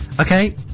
Okay